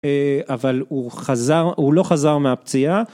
אבל הוא חזר, הוא לא חזר מהפציעה